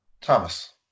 Thomas